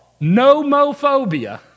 nomophobia